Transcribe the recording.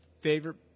favorite –